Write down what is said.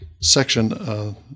section